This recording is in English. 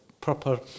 proper